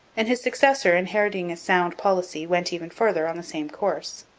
and his successor, inheriting a sound policy, went even further on the same course.